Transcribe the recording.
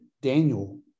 Daniel